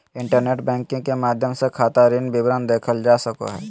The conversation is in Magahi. इंटरनेट बैंकिंग के माध्यम से खाता ऋण विवरण देखल जा सको हइ